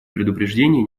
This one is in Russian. предупреждения